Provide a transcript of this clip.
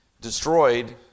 destroyed